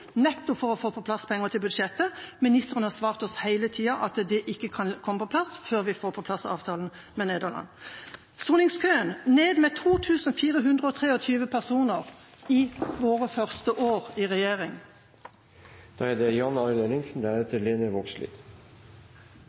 nettopp for å få på plass penger til budsjettet. Ministeren har svart oss hele tiden at det ikke kan komme på plass før vi får på plass avtalen med Nederland. Soningskøen gikk ned med 2 423 personer i våre første år i regjering. Det er